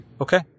Okay